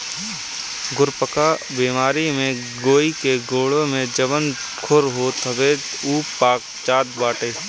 खुरपका बेमारी में गाई के गोड़े में जवन खुर होत हवे उ पाक जात बाटे